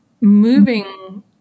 moving